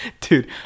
Dude